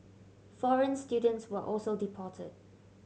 foreign students were also deported